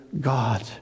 God